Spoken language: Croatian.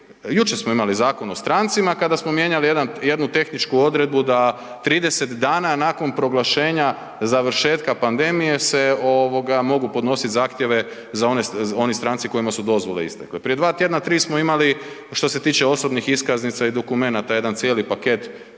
jučer smo imali Zakon o strancima kada smo mijenjali jedan, jednu tehničku odredbu da 30 dana nakon proglašenja završetka pandemije se ovoga mogu podnosit zahtjeve za one, oni stranci kojima su dozvole istekle. Prije dva tjedna tri smo imali što se tiče osobnih iskaznica i dokumenata jedan cijeli paket